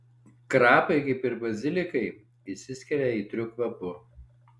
krapai kaip ir bazilikai išsiskiria aitriu kvapu